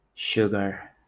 Sugar